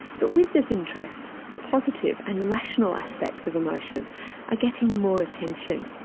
but with this interest, the positive and rational aspects of emotion are getting more attention.